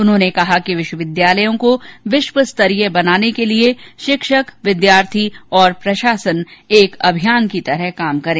उन्होंने कहा कि विश्वविद्यालयों को विश्वस्तरीय बनाने के लिए शिक्षक विद्यार्थी तथा प्रशासन एक अभियान की तरह काम करें